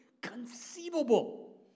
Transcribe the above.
conceivable